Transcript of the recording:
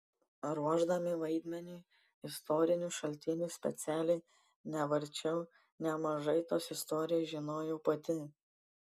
ruošdamasi vaidmeniui istorinių šaltinių specialiai nevarčiau nemažai tos istorijos žinojau pati